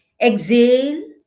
Exhale